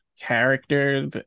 character